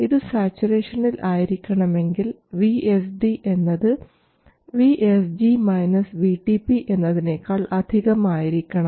ഇത് സാച്ചുറേഷനിൽ ആയിരിക്കണമെങ്കിൽ VSD എന്നത് VSG VTP എന്നതിനേക്കാൾ അധികം ആയിരിക്കണം